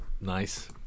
Nice